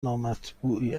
نامطبوعی